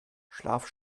schlaf